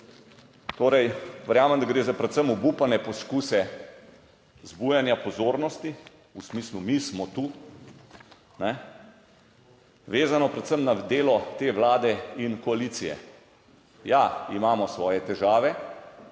Torej, verjamem, da gre za predvsem obupane poskuse zbujanja pozornosti v smislu, mi smo tu, vezano predvsem na delo te vlade in koalicije. Ja, imamo svoje težave,